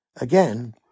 Again